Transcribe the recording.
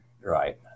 right